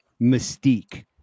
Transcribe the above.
mystique